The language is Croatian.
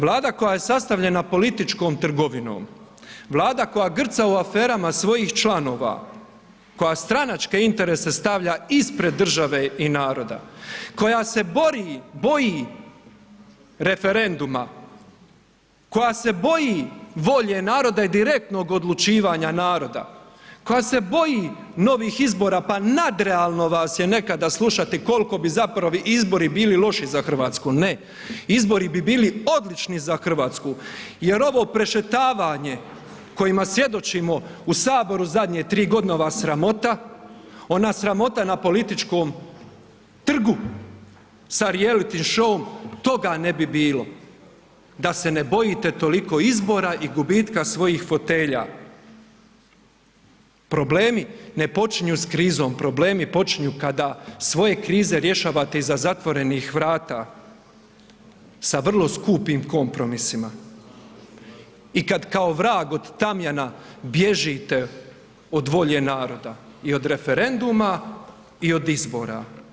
Vlada koja je sastavljena političkom trgovinom, Vlada koja grca u aferama svojih članova, koja stranačke interese stavlja ispred države i naroda, koja se bori, boji referenduma, koja se boji volje naroda i direktnog odlučivanja naroda, koja se boji novih izbora, pa nadrealno vas je nekada slušati kolko bi zapravo izbori bili loši za RH, ne izbori bi bili odlični za RH jer ovo prešetavanje kojima svjedočimo u HS zadnje 3.g., ova sramota, ona sramota na političkom trgu sa reality show-om toga ne bi bilo da se ne bojite toliko izbora i gubitka svojih fotelja, problemi ne počinju s krizom, problemi počinju kada svoje krize rješavate iza zatvorenih vrata sa vrlo skupim kompromisima i kad kao vrag od tamjana bježite od volje naroda i od referenduma i od izbora.